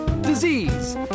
disease